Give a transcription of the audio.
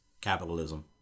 capitalism